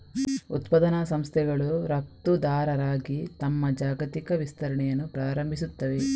ಉತ್ಪಾದನಾ ಸಂಸ್ಥೆಗಳು ರಫ್ತುದಾರರಾಗಿ ತಮ್ಮ ಜಾಗತಿಕ ವಿಸ್ತರಣೆಯನ್ನು ಪ್ರಾರಂಭಿಸುತ್ತವೆ